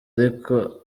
ariko